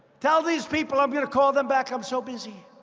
tell these people i'm going to call them back. i'm so busy.